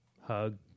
hug